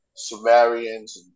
Sumerians